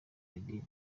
idini